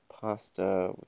pasta